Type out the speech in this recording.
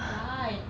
why